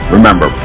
Remember